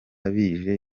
bije